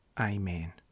Amen